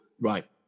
Right